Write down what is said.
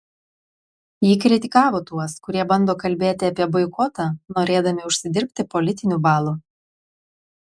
ji kritikavo tuos kurie bando kalbėti apie boikotą norėdami užsidirbti politinių balų